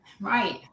right